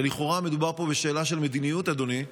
ולכאורה מדובר פה בשאלה של מדיניות, אדוני,